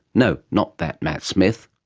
no, not that matt smith.